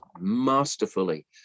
masterfully